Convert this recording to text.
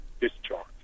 discharge